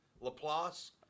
Laplace